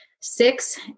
six